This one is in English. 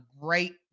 great